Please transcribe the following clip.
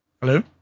Hello